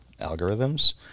algorithms